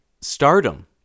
stardom